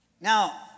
Now